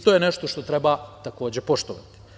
To je nešto što treba takođe poštovati.